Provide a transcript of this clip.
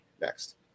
Next